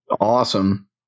awesome